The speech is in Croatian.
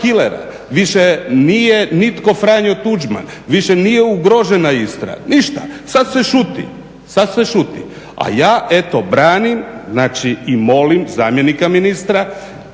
više nije nitko Franjo Tuđman, više nije ugrožena Istra. Ništa, sad se šuti, sad se šuti. A ja eto, branim, znači i molim zamjenika ministra